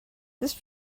this